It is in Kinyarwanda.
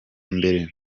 mbere